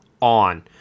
on